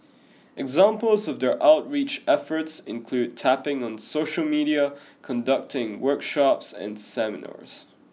examples of their outreach efforts include tapping on social media conducting workshops and seminars